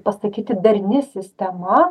pasakyti darni sistema